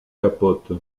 capote